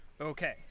Okay